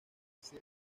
ser